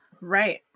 Right